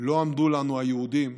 לא עמדו לנו, היהודים,